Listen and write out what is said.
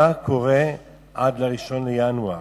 מה קורה עד 1 בינואר?